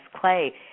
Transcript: Clay